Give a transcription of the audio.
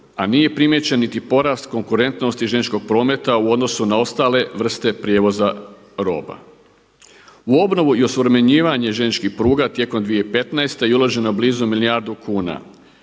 a nije primijećen niti porast konkurentnosti željezničkog prometa u odnosu na ostale vrste prijevoza roba. U obnovu i osuvremenjivanje željezničkih pruga tijekom 2015. je uloženo blizu milijardu kuna.